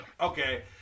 Okay